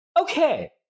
Okay